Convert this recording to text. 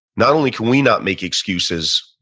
not only can we not make excuses,